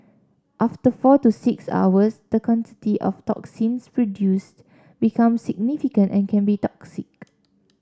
after four to six hours the quantity of toxins produced becomes significant and can be toxic